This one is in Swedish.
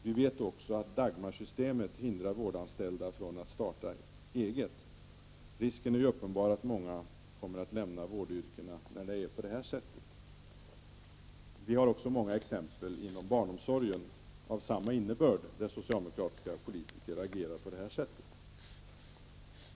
Vi vet också att Dagmarsystemet hindrar vårdanställda från att starta eget. När det är så är risken uppenbar att många kommer att lämna vårdyrkena. Vi har också många exempel med samma innebörd inom barnomsorgen där socialdemokratiska politiker agerar på det sättet.